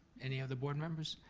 any other board members?